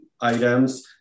items